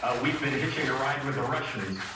ah we've been hitching a ride with the russians.